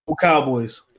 Cowboys